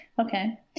Okay